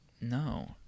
No